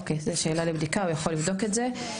אוקי, זה שאלה לבדיקה, הוא יכול לבדוק את זה.